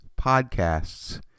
podcasts